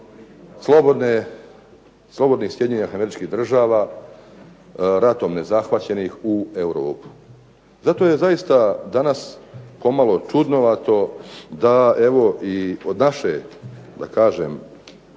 iz slobodnih Sjedinjenih Američkih Država, ratom nezahvaćenih, u Europu. Zato je zaista danas pomalo čudnovato da evo i od naše da kažem